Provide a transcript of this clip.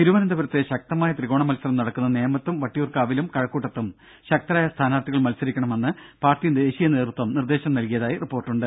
തിരുവനന്തപുരത്ത് ശക്തമായ ത്രികോണ മത്സരം നടക്കുന്ന നേമത്തും വട്ടിയൂർക്കാ വിലും കഴക്കൂട്ടത്തും ശക്തരായ സ്ഥാനാർത്ഥികൾ മത്സരിക്കണമെന്ന് പാർട്ടി ദേശീയ നേതൃത്വം നിർദേശം നൽകിയതായി റിപ്പോർട്ടുണ്ട്